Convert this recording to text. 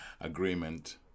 agreement